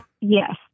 Yes